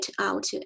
out